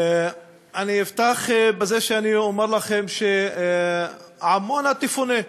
אני אפתח בזה שאני אומר לכם שעמונה תפונה.